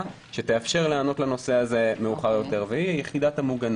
שתאפשר לענות על הנושא הזה מאוחר יותר --- המוגנות.